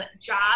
job